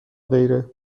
غیره